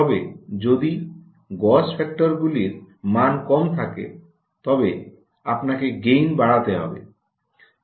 তবে যদি গজ ফ্যাক্টরগুলির মান কম থাকে তবে আপনাকে গেইন বাড়াতে হবে